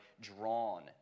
drawn